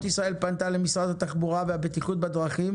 ישראל פנתה למשרד התחבורה והבטיחות בדרכים,